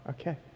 Okay